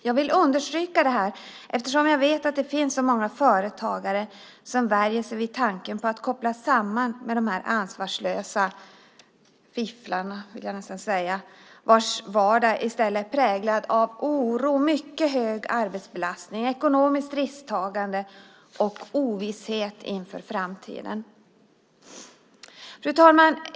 Jag vill understryka detta eftersom jag vet att det finns så många företagare som värjer sig vid tanken på att kopplas samman med dessa ansvarslösa "fifflare", vill jag nästan säga, och vars vardag i stället är präglad av oro, mycket hög arbetsbelastning, ekonomiskt risktagande och ovisshet inför framtiden. Fru talman!